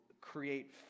create